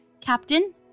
Captain